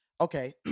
okay